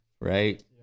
right